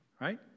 right